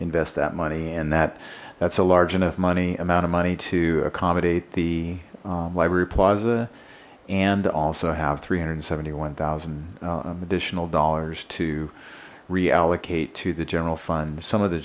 invest that money and that that's a large enough money amount of money to accommodate the library plaza and also have three hundred and seventy one thousand additional dollars to reallocate to the general fund some of the